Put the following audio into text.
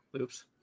oops